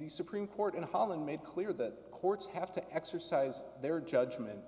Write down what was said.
the supreme court in holland made clear that courts have to exercise their judgment